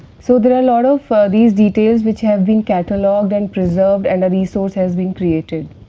so, there are lots of these details which have been catalogued and preserved and a resource has been created.